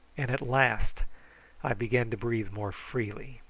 and at last i began to breathe more freely.